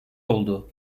oldu